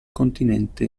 continente